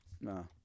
no